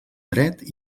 dret